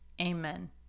Amen